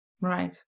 Right